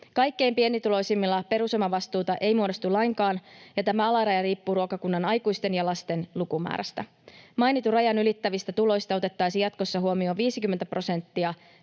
Kaikkein pienituloisimmilla perusomavastuuta ei muodostu lainkaan, ja tämä alaraja riippuu ruokakunnan aikuisten ja lasten lukumäärästä. Mainitun rajan ylittävistä tuloista otettaisiin jatkossa huomioon 50 prosenttia